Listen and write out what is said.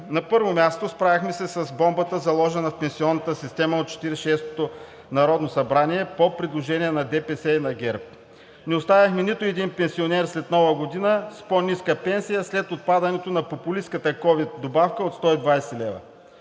На първо място, справихме се с бомбата, заложена в пенсионната система от Четирийсет и шестото народно събрание по предложение на ДПС и на ГЕРБ. Не оставихме нито един пенсионер след Нова година с по-ниска пенсия след отпадането на популистката ковид добавка от 120 лв.